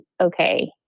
Okay